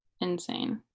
insane